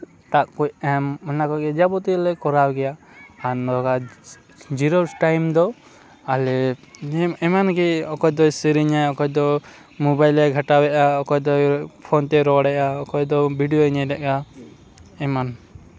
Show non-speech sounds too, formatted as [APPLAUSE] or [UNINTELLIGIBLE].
ᱫᱟᱜ ᱠᱩᱡ ᱮᱢ ᱚᱱᱟ ᱠᱚᱜᱮ ᱡᱟᱵᱚᱛᱤᱭᱚ ᱞᱮ ᱠᱚᱨᱟᱣ ᱜᱮᱭᱟ ᱟᱨ ᱱᱚᱜᱟᱡᱽ [UNINTELLIGIBLE] ᱡᱤᱨᱟᱹᱣ ᱴᱟᱭᱤᱢ ᱫᱚ ᱟᱞᱮ ᱮᱢᱟᱱ ᱜᱮ ᱚᱠᱚᱭ ᱫᱚᱭ ᱥᱮᱨᱮᱧᱟ ᱚᱠᱚᱭ ᱫᱚ ᱢᱳᱵᱟᱭᱤᱞᱮ ᱜᱷᱟᱴᱟᱣᱮᱜᱼᱟ ᱚᱠᱚᱭ ᱫᱚ ᱯᱷᱳᱱ ᱛᱮ ᱨᱚᱲᱮᱜᱼᱟ ᱚᱠᱚᱭ ᱫᱚ ᱵᱤᱰᱭᱳᱭ ᱧᱮᱞᱮᱜᱼᱟ ᱮᱢᱟᱱ